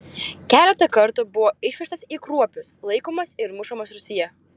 keletą kartų buvo išvežtas į kruopius laikomas ir mušamas rūsyje